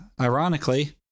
Ironically